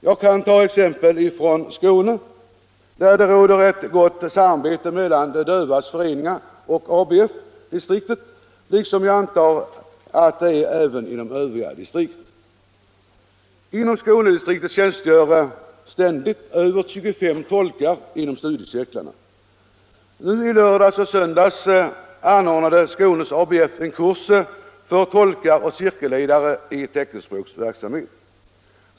Jag kan ta exempel Vissa handikappfrån Skåne, där det råder ett gott samarbete mellan de dövas föreningar frågor och ABF-distriktet, liksom jag antar att det är inom övriga distrikt. Inom Skånedistriktet tjänstgör ständigt över 25 tolkar inom studiecirklarna. Nu i lördags och söndags anordnade Skånes ABF en kurs för tolkar och cirkelledare i teckenspråksverksamhet.